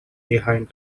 behind